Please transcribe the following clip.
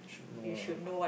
should know